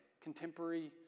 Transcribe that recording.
contemporary